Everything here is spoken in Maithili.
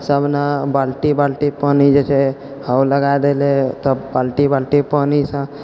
सबने बाल्टी बाल्टी पानि जे छै आओर लगा देले तब बाल्टी बाल्टी पानिसँ